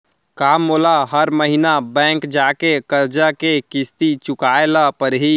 का मोला हर महीना बैंक जाके करजा के किस्ती चुकाए ल परहि?